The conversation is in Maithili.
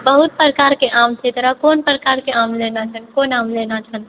बहुत प्रकारकेँ आम छै तोरा कोन प्रकारकेँ आम लेना छौ कोन आम लेना छौ